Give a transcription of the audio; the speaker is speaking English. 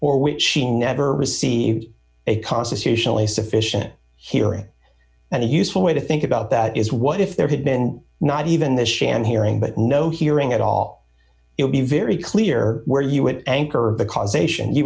or which she never received a constitutionally sufficient hearing and a useful way to think about that is what if there had been not even this sham hearing but no hearing at all it would be very clear where you were at anchor the causation you